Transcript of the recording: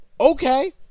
Okay